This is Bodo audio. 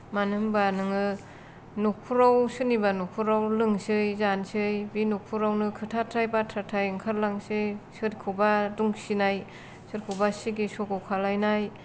मानो होनोब्ला नोङो न'खराव सोरनिबा न'खराव लोंनोसै जानोसै बे न'खरावनो खोथा थ्राय बाथ्राय थाय ओंखारलांसै सोरखौबा दमखिनाय सोरखौबा सिगि सग' खालायनाय